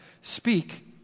speak